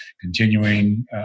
continuing